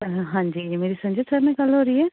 ਹਾਂਜੀ ਮੇਰੀ ਸੰਜੇ ਸਰ ਨਾਲ਼ ਗੱਲ ਹੋ ਰਹੀ ਹੈ